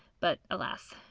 but, alas,